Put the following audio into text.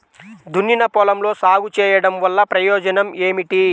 దున్నిన పొలంలో సాగు చేయడం వల్ల ప్రయోజనం ఏమిటి?